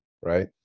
right